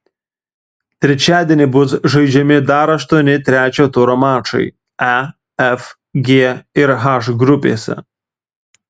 trečiadienį bus žaidžiami dar aštuoni trečio turo mačai e f g ir h grupėse